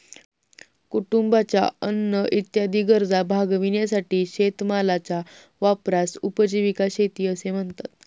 कुटुंबाच्या अन्न इत्यादी गरजा भागविण्यासाठी शेतीमालाच्या वापरास उपजीविका शेती असे म्हणतात